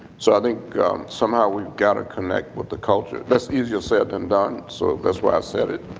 so i think somehow we've got to connect with the culture, that's easier said than done. so, that's why i said it.